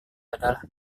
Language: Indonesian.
adalah